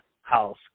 house